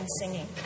singing